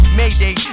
mayday